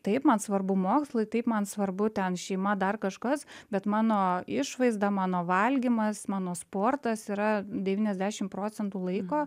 taip man svarbu mokslai taip man svarbu ten šeima dar kažkas bet mano išvaizda mano valgymas mano sportas yra devyniasdešim procentų laiko